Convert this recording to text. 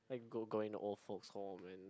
like go going to old folks home and